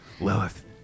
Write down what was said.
Lilith